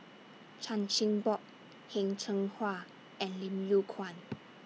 Chan Chin Bock Heng Cheng Hwa and Lim Yew Kuan